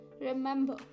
Remember